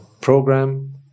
program